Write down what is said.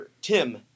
Tim